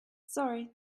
sorry